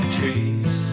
trees